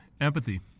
empathy